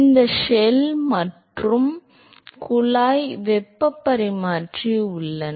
இந்த ஷெல் மற்றும் குழாய் வெப்பப் பரிமாற்றி உள்ளன